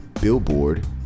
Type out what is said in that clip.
billboard